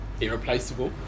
irreplaceable